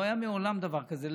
לא היה מעולם דבר כזה.